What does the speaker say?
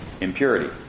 impurity